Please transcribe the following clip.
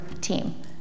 team